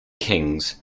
kings